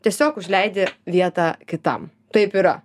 tiesiog užleidi vietą kitam taip yra